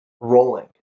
rolling